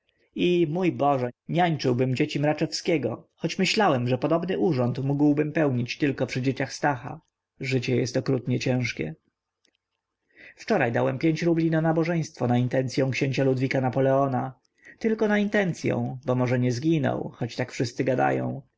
i mój boże niańczyłbym dzieci mraczewskiego choć myślałem że podobny urząd mógłbym pełnić tylko przy dzieciach stacha życie jest okrutnie ciężkie wczoraj dałem pięć rubli na nabożeństwo na intencyą ks ludwika napoleona tylko na intencyą bo może nie zginął choć tak wszyscy gadają